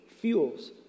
fuels